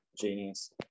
Genius